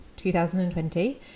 2020